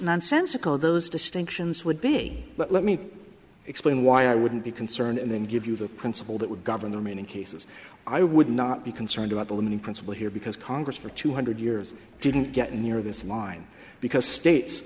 nonsensical those distinctions would be but let me explain why i wouldn't be concerned and then give you the principle that would govern the meaning cases i would not be concerned about the limiting principle here because congress for two hundred years didn't get near this line because states